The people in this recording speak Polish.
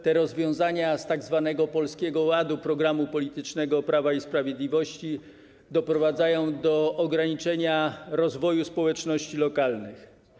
Te rozwiązania z tzw. Polskiego Ładu, programu politycznego Prawa i Sprawiedliwości, doprowadzają do ograniczenia rozwoju społeczności lokalnych.